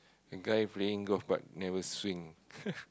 a guy playing golf but never swing